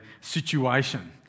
situation